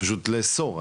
פשוט לאסור,